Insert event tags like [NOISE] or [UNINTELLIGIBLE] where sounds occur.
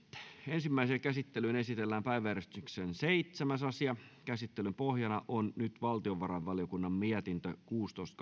ensimmäiseen käsittelyyn esitellään päiväjärjestyksen seitsemäs asia käsittelyn pohjana on valtiovarainvaliokunnan mietintö kuusitoista [UNINTELLIGIBLE]